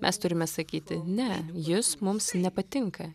mes turime sakyti ne jis mums nepatinka